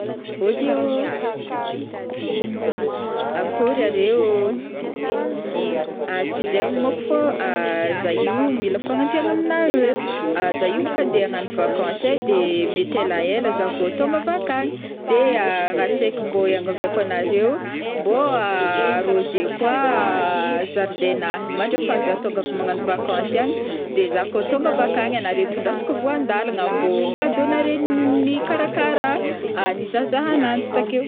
ôdy ô! akôry aré ô, ah tsy izaign maok fao, zah io mila fagnampiagna aminaré, ah zah io maok andeha hagnano vacances ai, de mety elaela zah vao tonga avy akagny, de raha saiky mbô hiangaviako anareo mbô arroser-o koa jardin nahy mandrapaha zah tonga avy magnano vacances agn, de zah kao tonga av akagny, anaré itondrasako voandalagna mbô cadeaux-naré nikarakara ah nizahazaha ananjy takeo.